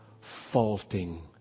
faulting